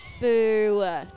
Boo